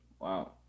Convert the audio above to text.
Wow